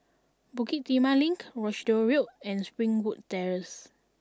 Bukit Timah Link Rochdale Road and Springwood Terrace